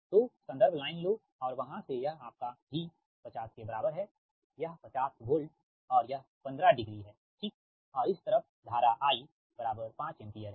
तो reference line लो और वहां से यह आपका V 50 के बराबर है यह 50 वोल्ट है और यह 15 डिग्री है ठीक और इस तरफ यह धारा I 5 एम्पीयर है